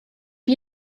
you